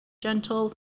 gentle